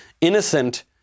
innocent